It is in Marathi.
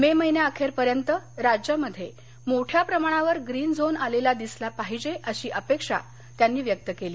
मे अखेरपर्यंत राज्यामध्ये मोठ्या प्रमाणावर ग्रीन झोन आलेला दिसला पाहिजे अशी अपेक्षा त्यांनी व्यक्त केली